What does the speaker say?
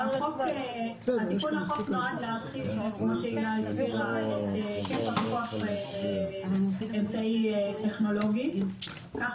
התיקון לחוק נועד להרחיב את היקף כוח אמצעי טכנולוגי כך